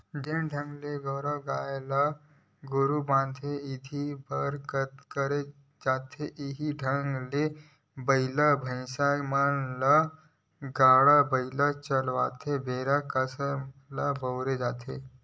जउन ढंग ले गेरवा ल गाय गरु बांधे झांदे बर करे जाथे इहीं ढंग ले बइला भइसा के म गाड़ा बइला चलावत बेरा कांसरा ल बउरे जाथे